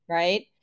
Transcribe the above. right